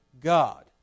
God